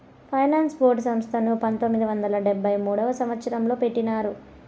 finance board సంస్థను పంతొమ్మిది వందల డెబ్భై మూడవ సంవచ్చరంలో పెట్టినారు